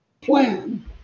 plan